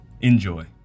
Enjoy